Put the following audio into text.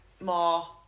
more